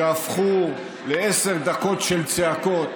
שהפכו לעשר דקות של צעקות,